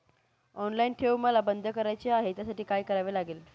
Online ठेव मला बंद करायची आहे, त्यासाठी काय करावे लागेल?